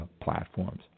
platforms